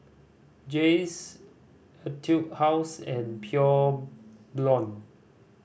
Jays Etude House and Pure Blonde